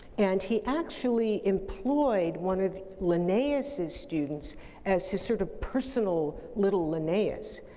and he actually employed one of linnaeus's students as his sort of personal little linnaeus.